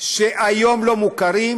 שהיום לא מוכרים,